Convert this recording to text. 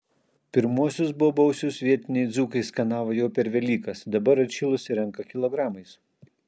pirmuosius bobausius vietiniai dzūkai skanavo jau per velykas dabar atšilus renka kilogramais